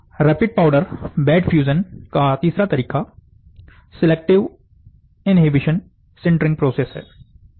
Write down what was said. rapid powder bed fusion का तीसरा तरीका सिलेक्टिव इन्हिबीशन सिंटरिंग प्रोसेस है